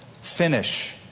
finish